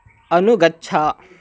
अनुगच्छ